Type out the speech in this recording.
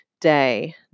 day